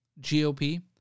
GOP